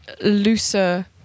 looser